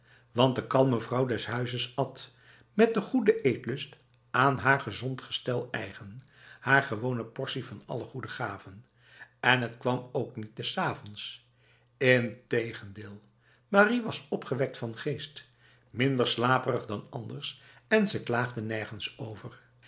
want de kalme vrouw des huizes at met de goede eetlust aan haar gezond gestel eigen haar gewone portie van alle goede gaven en het kwam ook niet des avonds integendeel marie was opgewekt van geest minder slaperig dan anders en ze klaagde nergens over